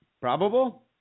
probable